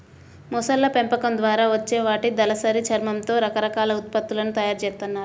మొసళ్ళ పెంపకం ద్వారా వచ్చే వాటి దళసరి చర్మంతో రకరకాల ఉత్పత్తులను తయ్యారు జేత్తన్నారు